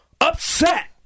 upset